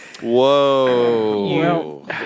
Whoa